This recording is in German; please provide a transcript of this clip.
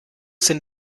sind